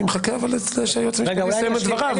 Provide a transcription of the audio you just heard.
אני מחכה שהיועץ המשפטי יסיים את דבריו.